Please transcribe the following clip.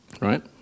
right